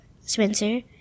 Spencer